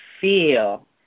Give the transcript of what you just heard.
feel